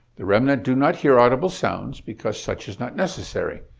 the remnant do not hear audible sounds, because such is not necessary.